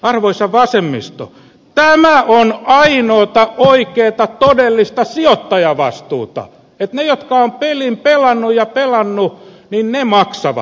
arvoisa vasemmisto tämä on ainoata oikeata todellista sijoittajavastuuta että ne jotka ovat pelin pelanneet ne maksavat